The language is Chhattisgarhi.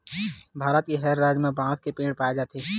भारत के हर राज म बांस के पेड़ पाए जाथे